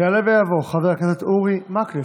יעלה ויבוא חבר הכנסת אורי מקלף.